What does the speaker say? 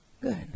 Good